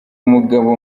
umugabo